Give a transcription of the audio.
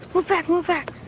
move back, move back!